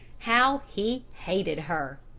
how he hated her!